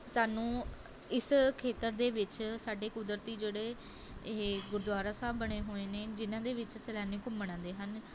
ਸਾਨੂੰ ਇਸ ਖੇਤਰ ਦੇ ਵਿੱਚ ਸਾਡੇ ਕੁਦਰਤੀ ਜਿਹੜੇ ਇਹ ਗੁਰਦੁਆਰਾ ਸਾਹਿਬ ਬਣੇ ਹੋਏ ਨੇ ਜਿਨ੍ਹਾਂ ਦੇ ਵਿੱਚ ਸੈਲਾਨੀ ਘੁੰਮਣ ਆਉਂਦੇ ਹਨ